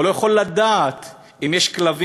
הוא לא יכול לדעת אם יש כלבים,